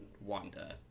Wanda